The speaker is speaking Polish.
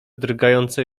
drgające